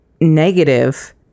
negative